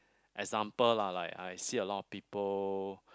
example lah like I see a lot of people